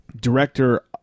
director